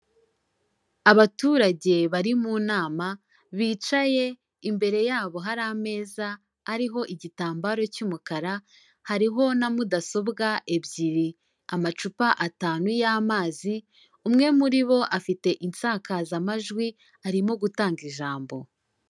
Abaturage bari mu nama, bicaye imbere yabo hari ameza ariho igitambaro cy'umukara, hariho na mudasobwa ebyiri, amacupa atanu y'amazi, umwe muri bo afite insakazamajwi, arimo gutanga ijambo.